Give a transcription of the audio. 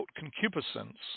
concupiscence